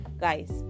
guys